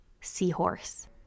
seahorse